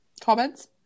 Comments